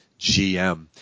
gm